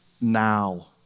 now